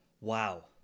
Wow